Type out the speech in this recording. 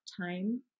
time